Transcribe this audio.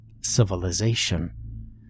civilization